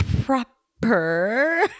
proper